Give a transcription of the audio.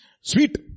Sweet